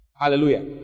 Hallelujah